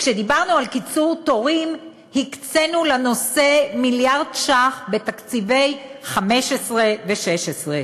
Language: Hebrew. כשדיברנו על קיצור תורים הקצינו לנושא מיליארד ש"ח בתקציבי 2015 ו-2016.